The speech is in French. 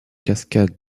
cascade